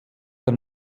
der